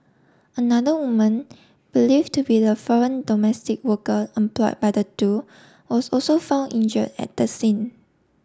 another woman believe to be the foreign domestic worker employ by the two was also found injured at the scene